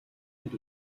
дээр